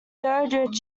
dirichlet